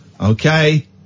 Okay